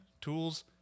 tools